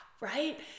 Right